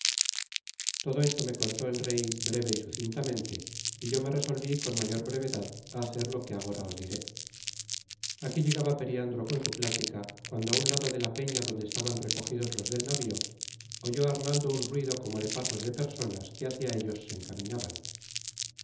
todo esto me contó el rey breve y sucintamente y yo me resolvi con mayor brevedad á hacer lo que agora os diré aquí llegaba periandro con su plática cuando á un lado de la peña donde estaban recogidos los del navío oyó arnaldo un ruido como de pasos de personas que hacia ellos se encaminaban